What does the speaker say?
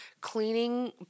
cleaning